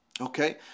Okay